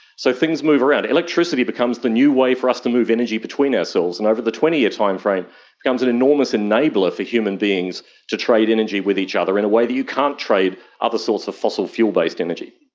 so things move around. electricity becomes the new way for us to move energy between ourselves. and over the twenty year timeframe becomes an enormous enabler for human beings to trade energy with each other in a way that you can't trade other sources of fossil fuel based energy.